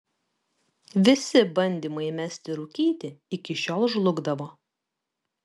visi bandymai mesti rūkyti iki šiol žlugdavo